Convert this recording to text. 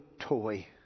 toy